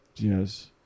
yes